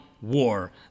war